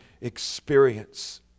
experience